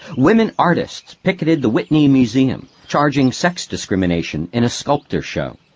women artists picketed the whitney museum, charging sex discrimination in a sculptors' show.